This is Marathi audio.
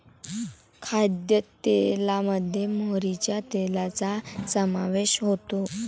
खाद्यतेलामध्ये मोहरीच्या तेलाचा समावेश होतो